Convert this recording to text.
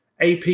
AP